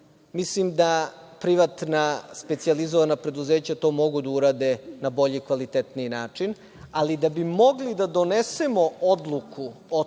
Mislim da privatna specijalizovana preduzeća to mogu da urade na bolji i kvalitetniji način, ali da bi mogli da donesemo odluku o tome